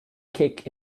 kick